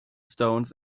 stones